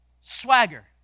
swagger